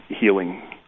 healing